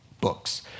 books